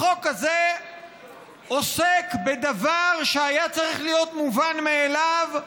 החוק הזה עוסק בדבר שהיה צריך להיות מובן מאליו,